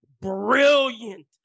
brilliant